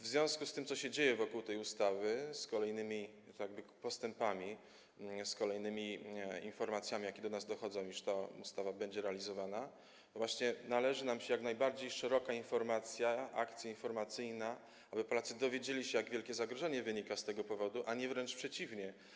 W związku z tym, co się dzieje wokół tej ustawy, z kolejnymi jakby postępami prac, z kolejnymi informacjami, jakie do nas dochodzą, że ta ustawa będzie realizowana, właśnie należy nam się jak najbardziej szeroka informacja, akcja informacyjna, aby Polacy dowiedzieli się, jak wielkie zagrożenie wynika z tego powodu, a nie wręcz przeciwnie.